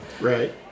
right